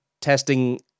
testing